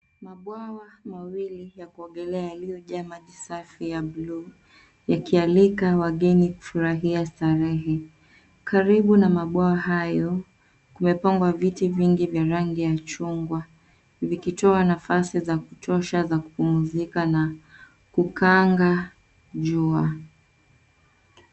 Mabwawa mawili ya kuogelea yaliyojaa maji safi ya blue yakialika wageni kufurahia starehe. Karibu na mabwawa hayo, kumepangwa viti vingi vya rangi ya chungwa vikitoa nafasi za kutosha za kupumzika na kukanga jua.